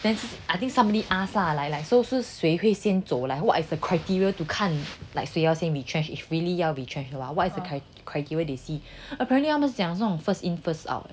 then I think somebody ask lah like like 是谁会先走 lah what is the criteria to 看 like 谁会先 retrenched what is the criteria they see apparently they say is first in first out